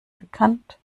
bekannt